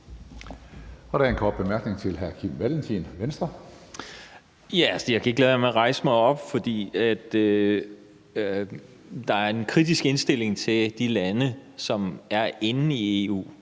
Kim Valentin (V): Jeg rejste mig op, fordi der er en kritisk indstilling til de lande, som er inde i EU,